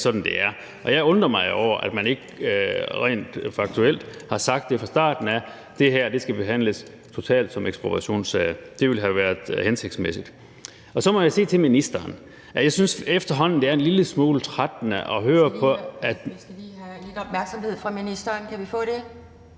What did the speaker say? sådan, det er. Og jeg undrer mig jo over, at man ikke rent faktuelt har sagt det fra starten af, altså at det her skal behandles totalt som ekspropriationssager. Det ville have været hensigtsmæssigt. Så må jeg sige til ministeren, at jeg synes, at det efterhånden er en lille smule trættende, når ministeren efterhånden